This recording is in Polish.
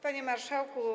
Panie Marszałku!